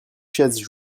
chaises